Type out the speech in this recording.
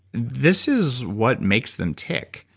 this is what makes them tick.